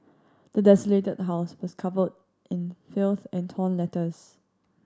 the desolated house was covered in filth and torn letters